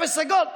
אפס עגול,